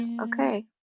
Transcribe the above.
okay